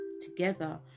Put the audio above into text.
together